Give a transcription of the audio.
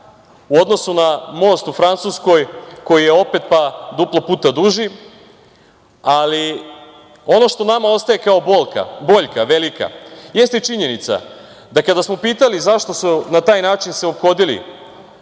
u odnosu na most u Francuskoj, koji je opet duplo puta duži. Ono što nama ostaje kao boljka velika jeste činjenica da kada smo pitali zašto su se na taj način ophodili